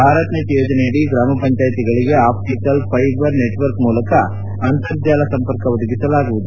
Bharat net ಯೋಜನೆಯಡಿ ಗ್ರಾಮ ಪಂಚಾಯ್ತಿಗಳಿಗೆ ಆಫ್ಟಿಕಲ್ ಫೈಬರ್ ನೆಚ್ವರ್ಕ್ ಮೂಲಕ ಅಂತರ್ಜಾಲ ಸಂಪರ್ಕ ಒದಗಿಸಲಾಗುವುದು